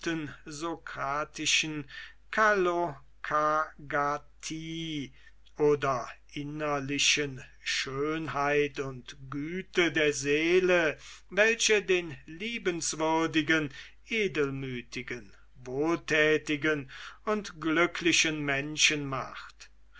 sokratischen kalokagathie oder innerlichen schönheit und güte der seele welche den liebenswürdigen edelmütigen wohltätigen und glücklichen menschen macht